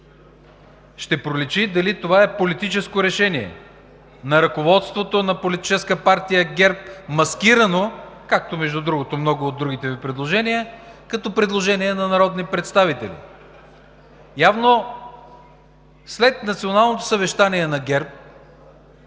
Ще проличи дали това е политическо решение на ръководството на Политическа партия ГЕРБ, маскирано, както между другото, и много от другите Ви предложения, като предложение на народни представители. Явно след националното съвещание на ГЕРБ